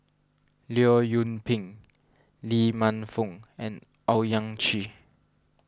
Leong Yoon Pin Lee Man Fong and Owyang Chi